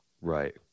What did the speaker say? Right